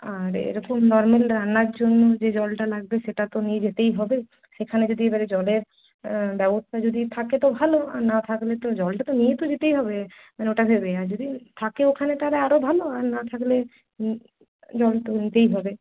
আর এরকম ধরনের রান্নার জন্য যে জলটা লাগবে সেটা তো নিয়ে যেতেই হবে সেখানে যদি এবারে জলের ব্যবস্থা যদি থাকে তো ভালো আর না থাকলে তো জলটা তো নিয়ে তো যেতেই হবে মানে ওটা ভেবে আর যদি থাকে ওখানে তাহলে আরও ভালো আর না থাকলে জল তো নিতেই হবে